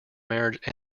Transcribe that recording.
marriage